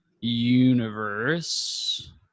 universe